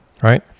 Right